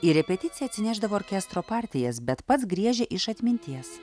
į repeticiją atsinešdavau orkestro partijas bet pats griežė iš atminties